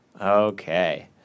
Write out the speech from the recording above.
Okay